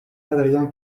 adrien